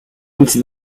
into